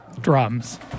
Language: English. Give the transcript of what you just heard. drums